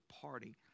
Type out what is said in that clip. party